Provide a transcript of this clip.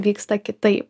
vyksta kitaip